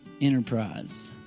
enterprise